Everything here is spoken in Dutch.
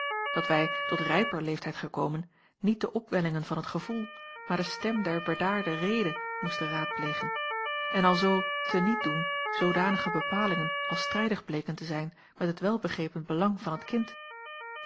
dat wij tot rijper leeftijd gekomen niet de opwellingen van t gevoel maar de stem der bedaarde rede moesten raadplegen en alzoo te niet doen zoodanige bepalingen als strijdig bleken te zijn met het welbegrepen belang van het kind